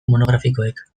monografikoek